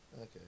Okay